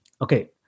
Okay